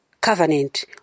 covenant